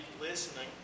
listening